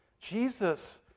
Jesus